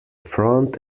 front